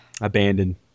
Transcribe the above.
abandoned